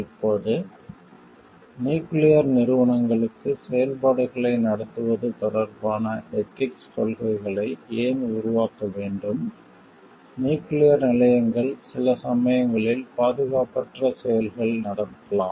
இப்போது நியூக்கிளியர் நிறுவனங்களுக்கு செயல்பாடுகளை நடத்துவது தொடர்பான எதிக்ஸ் கொள்கைகளை ஏன் உருவாக்க வேண்டும் நியூக்கிளியர் நிலையங்கள் சில சமயங்களில் பாதுகாப்பற்ற செயல்கள் நடக்கலாம்